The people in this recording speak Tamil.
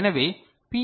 எனவே பி